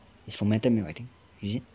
it's fermented milk I think is it